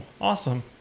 Awesome